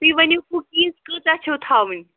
تُہۍ ؤنِو کُکیٖز کٲژاہ چھَو تھاوٕنۍ